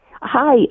Hi